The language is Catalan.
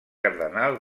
cardenal